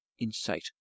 insight